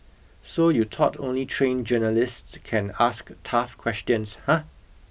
so you thought only trained journalists can ask tough questions huh